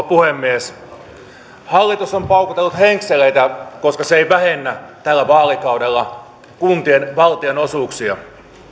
puhemies hallitus on paukutellut henkseleitä koska se ei vähennä tällä vaalikaudella kuntien valtionosuuksia